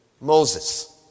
Moses